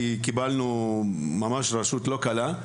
כי קיבלנו ממש רשות לא קלה,